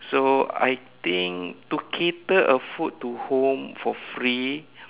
so I think to cater a food to home for free